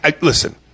Listen